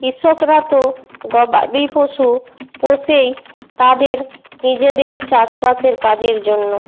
কৃষকরা তো গবাদি পশু পোষেই তাদের নিজেদের চাষবাসের কাজের জন্য